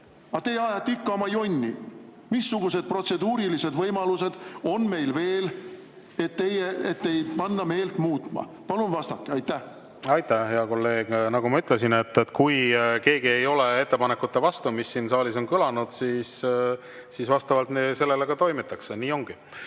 Aga teie ajate ikka oma jonni. Missugused protseduurilised võimalused on meil veel, et panna teid meelt muutma? Palun vastake! Aitäh, hea kolleeg! Nagu ma ütlesin, kui keegi ei ole ettepanekute vastu, mis siin saalis on kõlanud, siis vastavalt nendele toimitakse. Nii